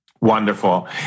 Wonderful